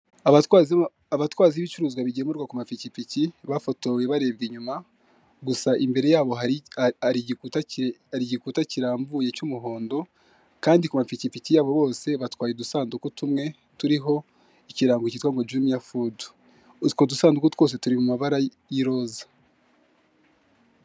Abatwazi b'ibicuruzwa bigemurwa ku mapikipiki bafotowe barebye inyuma gusa imbere yabo hari ari igikuta igikuta kirambuye cy'umuhondo kandi ku mapikipiki yabo bose batwaye udusanduku tumwe turiho ikirango cyitwa ngo jumiya fudu utwo dusanduku twose turi mu mabara y'iroza.